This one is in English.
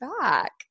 back